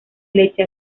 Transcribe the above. leche